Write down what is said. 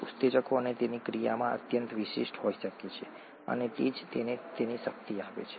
ઉત્સેચકો તેમની ક્રિયામાં અત્યંત વિશિષ્ટ હોઈ શકે છે અને તે જ તેને તેની શક્તિ આપે છે